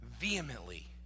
vehemently